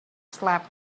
slept